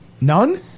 None